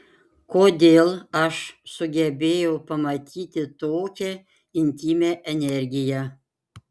kodėl aš sugebėjau pamatyti tokią intymią energiją